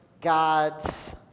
God's